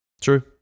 True